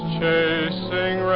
chasing